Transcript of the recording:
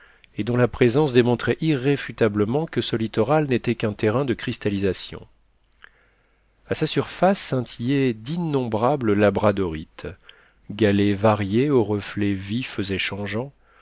et dont la présence démontrait irréfutablement que ce littoral n'était qu'un terrain de cristallisation à sa surface scintillaient d'innombrables labradorites galets variés aux reflets vifs